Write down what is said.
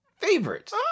favorites